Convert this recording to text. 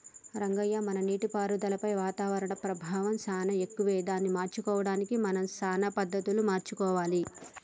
రంగయ్య మన నీటిపారుదలపై వాతావరణం ప్రభావం సానా ఎక్కువే దాన్ని ఎదుర్కోవడానికి మనం సానా పద్ధతులు మార్చుకోవాలి